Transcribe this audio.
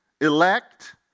Elect